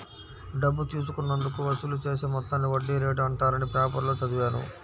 డబ్బు తీసుకున్నందుకు వసూలు చేసే మొత్తాన్ని వడ్డీ రేటు అంటారని పేపర్లో చదివాను